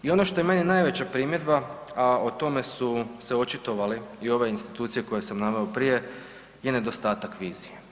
I ono što je meni najveća primjedba, a o tome su se očitovale i ove institucije koje sam naveo prije i nedostatak vizije.